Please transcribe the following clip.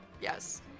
Yes